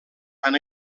han